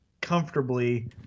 comfortably